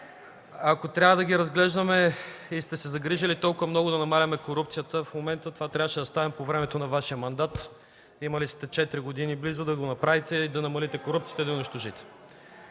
Ако трябва да ги разглеждаме и сте се загрижили толкова много да намаляваме корупцията в момента, това трябваше да стане по времето на Вашия мандат. Имали сте близо четири години да го направите – да намалите корупцията, да я унищожите.